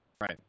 Right